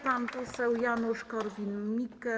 Pan poseł Janusz Korwin-Mikke.